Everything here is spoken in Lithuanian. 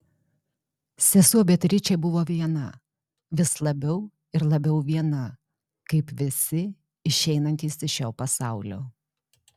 sesuo beatričė buvo viena vis labiau ir labiau viena kaip visi išeinantys iš šio pasaulio